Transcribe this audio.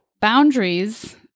Boundaries